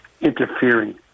interfering